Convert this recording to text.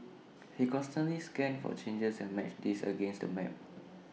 he constantly scanned for changes and matched these against the map